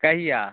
कहिआ